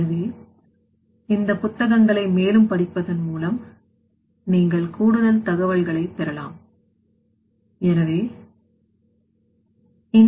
எனவே இந்த புத்தகங்களை மேலும் படிப்பதன் மூலம் நீங்கள் கூடுதல் தகவல்களைப் பெறலாம் என்று நினைக்கிறேன்